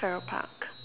Farrer-Park